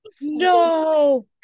No